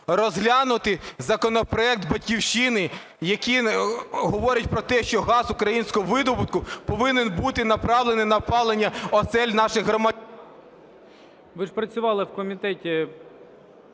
розглянути законопроект "Батьківщини", який говорить про те, що газ українського видобутку повинен бути направлений на опалення осель наших… ГОЛОВУЮЧИЙ. Ви ж працювали в Комітеті